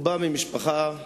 הוא בא ממשפחה אצילה,